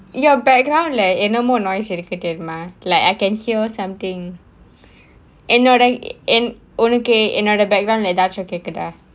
your background like என்னமோ:ennamo noise இருக்கு:irukku like I can hear something and என்னோட உனக்கு என்னோட:ennoda unakku ennoda background ஏதாச்சும் கேக்குதா:ethaachum kekkuthaa